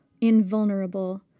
invulnerable